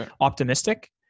optimistic